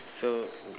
so